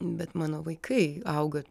bet mano vaikai auga